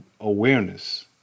awareness